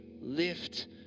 lift